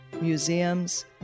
museums